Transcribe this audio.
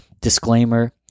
Disclaimer